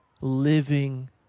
living